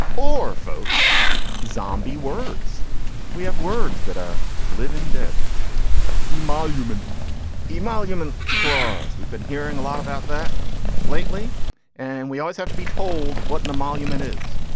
or folks zombie words we have words that are living dead emoluments emoluments clause. we've been hearing a lot about that lately and we always have to be told what and the monument is.